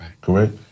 correct